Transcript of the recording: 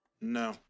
No